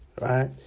right